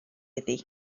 iddi